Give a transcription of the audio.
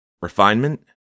Refinement